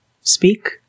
speak